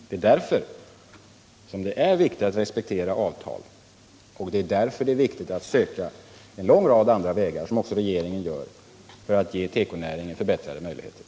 Det är därför som det är viktigt att respektera avtal, och det är därför som det är viktigt att söka en lång rad andra vägar, vilket också regeringen gör, för att ge tekonäringen förbättrade möjligheter.